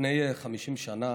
לפני 50 שנה